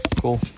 Cool